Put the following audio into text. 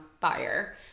fire